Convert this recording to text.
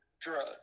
drugs